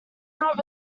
not